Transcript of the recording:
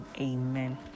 Amen